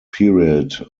period